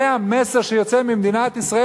זה המסר שיוצא ממדינת ישראל,